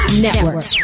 Network